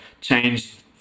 changed